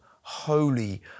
holy